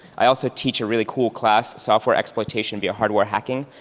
i also teach a really cool class, software exploitation via hardware hacking,